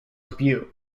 debut